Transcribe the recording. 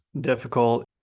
difficult